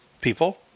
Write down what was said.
people